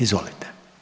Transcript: Izvolite.